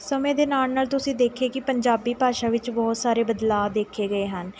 ਸਮੇਂ ਦੇ ਨਾਲ਼ ਨਾਲ਼ ਤੁਸੀਂ ਦੇਖਿਆ ਕਿ ਪੰਜਾਬੀ ਭਾਸ਼ਾ ਵਿੱਚ ਬਹੁਤ ਸਾਰੇ ਬਦਲਾਵ ਦੇਖੇ ਗਏ ਹਨ